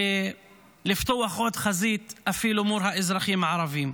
לפתוח עוד חזית אפילו מול האזרחים הערבים.